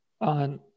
on